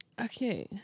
Okay